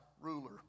ruler